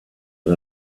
are